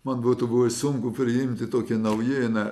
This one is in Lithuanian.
man būtų buvę sunku priimti tokią naujieną